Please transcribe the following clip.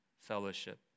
fellowship